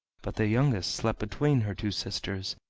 but the youngest slept between her two sisters,